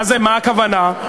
מה הכוונה?